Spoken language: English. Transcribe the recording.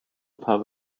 pub